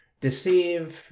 deceive